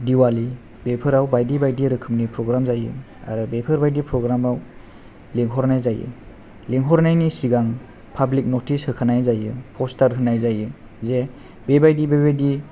दिवालि बेफोराव बायदि बायदि रोखोमनि फ्रग्राम जायो आरो बेफोर बायदि फ्रग्रामाव लेंहरनाय जायो लेंहरनायनि सिगां फाब्लिक नथिस होखानाय जायो फसथार होनाय जायो जे बेबायदि बेबायदि